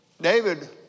David